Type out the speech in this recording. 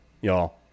y'all